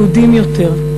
יהודים יותר,